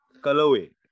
colorway